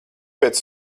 pēc